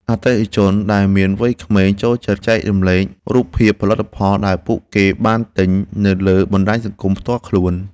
អតិថិជនដែលមានវ័យក្មេងចូលចិត្តចែករំលែករូបភាពផលិតផលដែលពួកគេបានទិញនៅលើបណ្តាញសង្គមផ្ទាល់ខ្លួន។